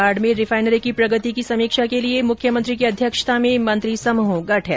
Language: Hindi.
बाड़मेर रिफाइनरी की प्रगति की समीक्षा के लिए मुख्यमंत्री की अध्यक्षता में मंत्री समूह गठित